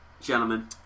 Gentlemen